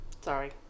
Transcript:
Sorry